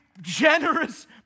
generous